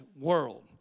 world